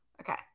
Okay